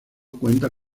cuenta